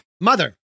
Mother